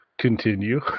Continue